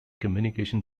communication